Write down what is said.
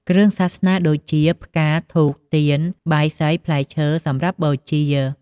គ្រឿងសាសនា ដូចជាផ្កា ធូប ទៀន បាយសី ផ្លែឈើ សម្រាប់បូជា។